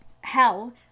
hell